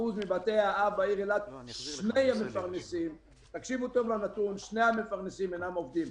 מבתי האב באילת שני המפרנסים אינם עובדים.